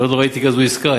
אני עוד לא ראיתי כזו עסקה,